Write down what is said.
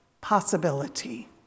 possibility